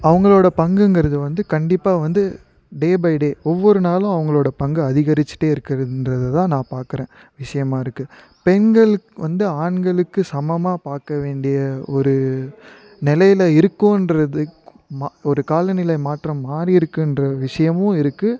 அவங்களோட பங்குங்கிறது வந்து கண்டிப்பாக வந்து டே பை டே ஒவ்வொரு நாளும் அவங்களோட பங்கு அதிகரிச்சிகிட்டே இருக்குன்றது தான் நான் பார்க்குறேன் விஷயமா இருக்கும் பெண்கள் வந்து ஆண்களுக்கு சமமாக பார்க்க வேண்டிய ஒரு நிலையில இருக்கோம்றதுக்கு மா ஒரு காலநிலை மாற்றம் மாறி இருக்கின்ற விஷயமும் இருக்குது